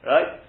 Right